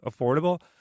affordable